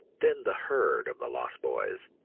thin the herd of the lost boys,